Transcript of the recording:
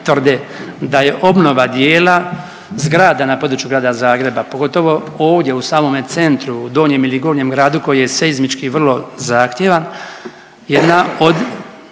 tvrde da je obnova dijela zgrada na području Grada Zagreba, pogotovo ovdje u samome centru, Donjem ili Gornjem gradu koji je seizmički vrlo zahtjevan, jedna od